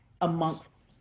amongst